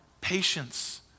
patience